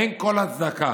אין כל הצדקה